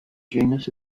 genus